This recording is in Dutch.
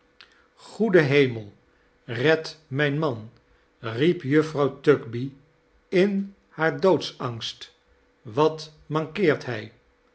goede hemel red mijn man i riep juffrouw tugby in haar doodsangst wat mankeert hij